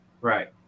right